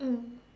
mm